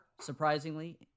surprisingly